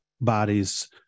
bodies